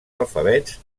alfabets